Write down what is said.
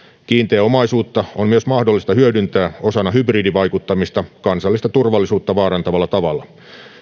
kiinteää omaisuutta on myös mahdollista hyödyntää osana hybridivaikuttamista kansallista turvallisuutta vaarantavalla tavalla